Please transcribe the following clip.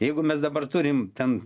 jeigu mes dabar turim ten